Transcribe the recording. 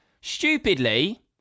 Stupidly